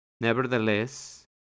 Nevertheless